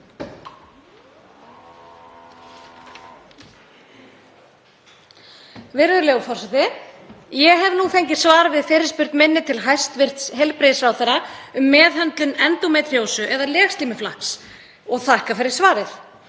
Virðulegi forseti. Ég hef nú fengið svar við fyrirspurn minni til hæstv. heilbrigðisráðherra um meðhöndlun endómetríósu eða legslímuflakks og þakka fyrir svarið.